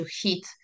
heat